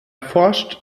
forscht